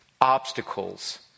obstacles